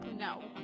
No